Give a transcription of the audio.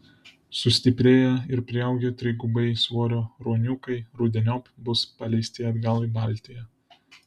sustiprėję ir priaugę trigubai svorio ruoniukai rudeniop bus paleisti atgal į baltiją